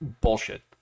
bullshit